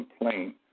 complaint